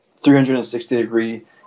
360-degree